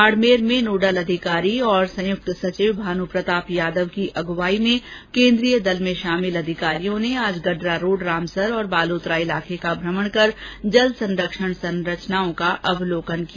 बाड़मेर में नोडल अधिकारी और संयुक्त सचिव भानुप्रताप यादव की अगुवाई में केन्द्रीय दल में शामिल अधिकारियों ने आज गडरारोड रामसर और बालोतरा इलाके का भ्रमण कर जल संरक्षण संरचनाओं का अवलोकन किया